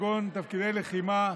כגון תפקידי לחימה,